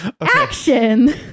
action